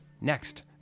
next